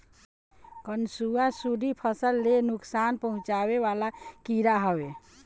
कंसुआ, सुंडी फसल ले नुकसान पहुचावे वाला कीड़ा हवे